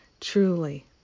Truly